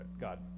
God